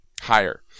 higher